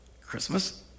Christmas